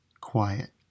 quiet